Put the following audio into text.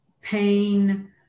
pain